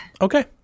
okay